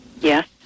Yes